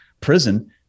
prison